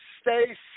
stay